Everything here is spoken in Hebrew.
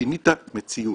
שינית מציאות.